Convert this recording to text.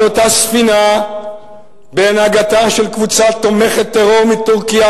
אותה ספינה בהנהגתה של קבוצה תומכת טרור מטורקיה,